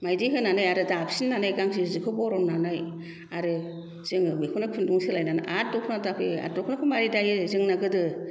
मायदि होनानै दाफिननानै गांसे जिखौ बर'ननानै आरो जोङो बेखौनो खुन्दुं सोलायनानै दख'ना दायो दख'नाखौ मारै दायो जोंना गोदो